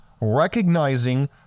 recognizing